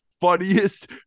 funniest